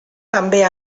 també